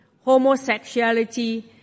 homosexuality